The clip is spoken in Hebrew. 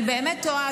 אני באמת תוהה,